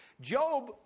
Job